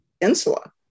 insula